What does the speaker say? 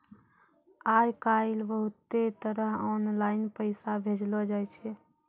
आय काइल बहुते तरह आनलाईन पैसा भेजलो जाय छै